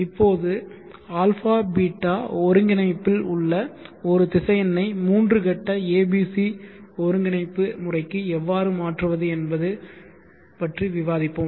இப்போது αß ஒருங்கிணைப்பில் உள்ள ஒரு திசை என்னை மூன்று கட்ட abc ஒருங்கிணைப்பு முறைக்கு எவ்வாறு மாற்றுவது என்பது பற்றி விவாதிப்போம்